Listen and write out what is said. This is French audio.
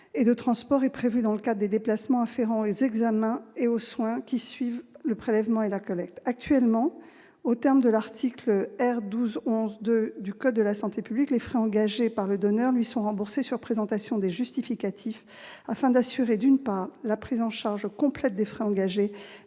et de transport est prévu dans le cadre des déplacements afférents aux examens et aux soins qui suivent le prélèvement ou la collecte. Actuellement, aux termes de l'article R. 1211-2 du code de la santé publique, les frais engagés par le donneur lui sont remboursés sur présentation de justificatifs, afin d'assurer une prise en charge complète des frais engagés,